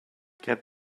get